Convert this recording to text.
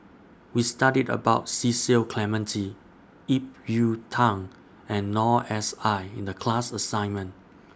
We studied about Cecil Clementi Ip Yiu Tung and Noor S I in The class assignment